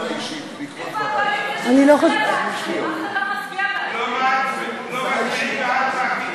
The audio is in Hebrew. אני רוצה הודעה אישית בעקבות דברייך.